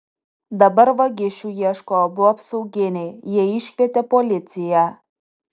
dabar vagišių ieško abu apsauginiai jie iškvietė policiją